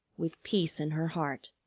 with peace in her heart.